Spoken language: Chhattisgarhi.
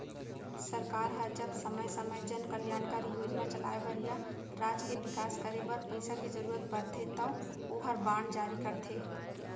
सरकार ह जब समे समे जन कल्यानकारी योजना चलाय बर या राज के बिकास करे बर पइसा के जरूरत परथे तौ ओहर बांड जारी करथे